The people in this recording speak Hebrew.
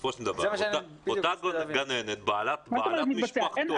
בסופו של דבר אותה גננת בעלת משפחתון,